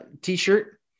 t-shirt